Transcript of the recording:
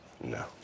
No